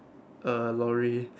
a lorry